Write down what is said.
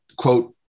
quote